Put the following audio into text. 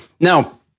Now